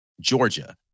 Georgia